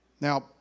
Now